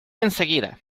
enseguida